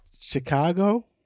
Chicago